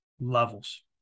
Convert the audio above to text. levels